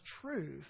truth